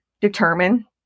determine